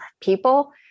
people